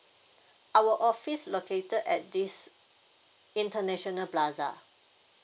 our office located at this international plaza